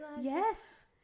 yes